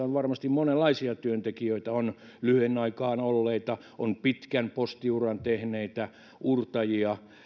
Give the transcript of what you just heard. on varmasti monenlaisia työntekijöitä on lyhyen aikaa olleita on pitkän postiuran tehneitä uurtajia